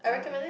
yeah